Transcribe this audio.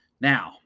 Now